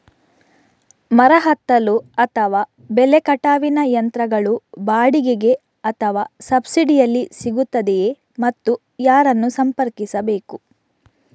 ಮರ ಹತ್ತಲು ಅಥವಾ ಬೆಲೆ ಕಟಾವಿನ ಯಂತ್ರಗಳು ಬಾಡಿಗೆಗೆ ಅಥವಾ ಸಬ್ಸಿಡಿಯಲ್ಲಿ ಸಿಗುತ್ತದೆಯೇ ಮತ್ತು ಯಾರನ್ನು ಸಂಪರ್ಕಿಸಬೇಕು?